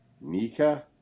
Nika